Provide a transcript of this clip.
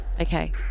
Okay